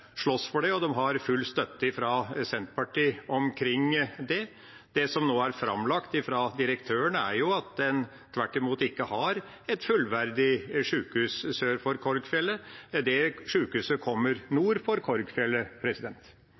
slåss for det, og de har full støtte fra Senterpartiet. Det som nå er framlagt fra direktøren, er at en tvert imot ikke har et fullverdig sykehus sør for Korgfjellet, det sykehuset kommer nord for Korgfjellet.